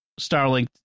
starlink